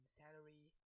salary